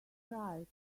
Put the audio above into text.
riot